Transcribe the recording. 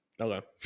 Okay